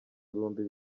ibihumbi